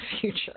future